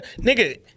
Nigga